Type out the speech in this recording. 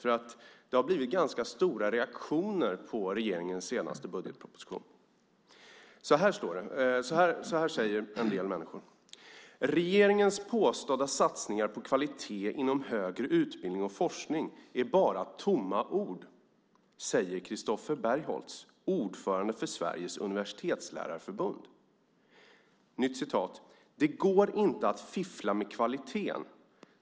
Det har nämligen blivit ganska starka reaktioner på regeringens senaste budgetproposition. Så här säger några: "Regeringens påstådda satsningar på kvalitet inom högre utbildning och forskning är bara tomma ord", säger Christoph Bargholtz, ordförande för Sveriges universitetslärarförbund. Nytt citat: "'Det går inte att fiffla med kvaliteten.